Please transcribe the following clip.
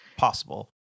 possible